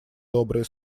добрые